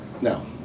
no